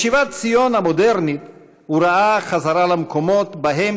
בשיבת ציון המודרנית הוא ראה חזרה למקומות שבהם